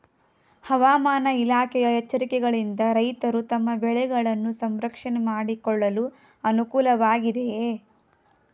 ಹವಾಮಾನ ಇಲಾಖೆಯ ಎಚ್ಚರಿಕೆಗಳಿಂದ ರೈತರು ತಮ್ಮ ಬೆಳೆಗಳನ್ನು ಸಂರಕ್ಷಣೆ ಮಾಡಿಕೊಳ್ಳಲು ಅನುಕೂಲ ವಾಗಿದೆಯೇ?